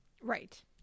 Right